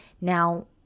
Now